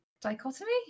Dichotomy